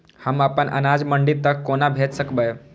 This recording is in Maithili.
हम अपन अनाज मंडी तक कोना भेज सकबै?